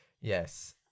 Yes